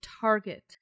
target